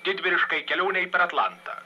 didvyriškai kelionei per atlantą